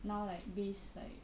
now like base like